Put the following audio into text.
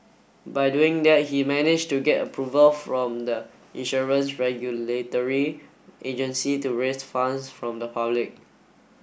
by doing that he managed to get approval from the insurance regulatory agency to raise funds from the public